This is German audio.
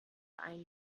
ein